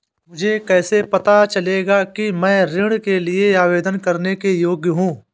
मुझे कैसे पता चलेगा कि मैं ऋण के लिए आवेदन करने के योग्य हूँ?